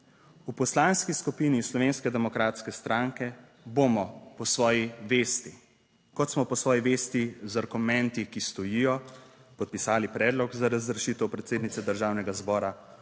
v Poslanski skupini Slovenske demokratske stranke bomo po svoji vesti, kot smo po svoji vesti z argumenti, ki stojijo, podpisali predlog za razrešitev predsednice Državnega zbora,